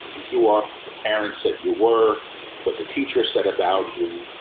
you are parents that you were what the teacher said about you.